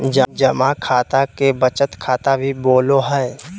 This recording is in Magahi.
जमा खाता के बचत खाता भी बोलो हइ